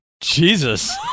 Jesus